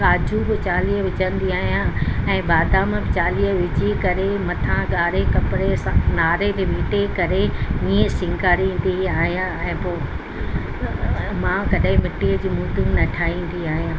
काजू बि चालीह विझंदी आहियां ऐं बादाम बि चालीह विझी करे मथां ॻाढ़े कपिड़े सां नारे वीटे करे इएं सिंगारींदी आहियां ऐं पोइ मां कॾहिं मिटीअ जी मूर्तियूं न ठाहींदी आहियां